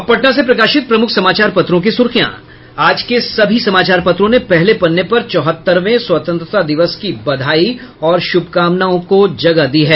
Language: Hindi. अब पटना से प्रकाशित प्रमुख समाचार पत्रों की सुर्खियां आज के सभी समाचार पत्रों ने पहले पन्ने पर चौहत्तरवें स्वतंत्रता दिवस की बधाई और शुभकानाओं को जगह दी है